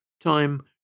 Time